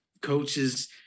coaches